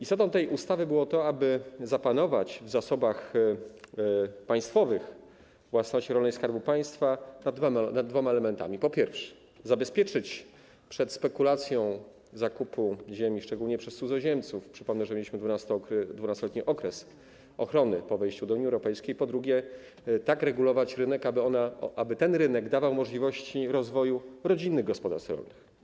Istotą tej ustawy było to, aby zapanować w państwowym Zasobie Własności Rolnej Skarbu Państwa nad dwoma elementami: po pierwsze, zabezpieczyć przed spekulacją zakupu ziemi szczególnie przez cudzoziemców, bo przypomnę, że mieliśmy 12-letni okres ochrony po wejściu do Unii Europejskiej, po drugie, tak regulować rynek, aby ten rynek dawał możliwości rozwoju rodzinnych gospodarstw rolnych.